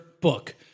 book